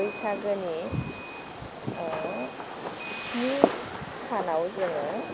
बैसागोनि स्नि सानाव जोङो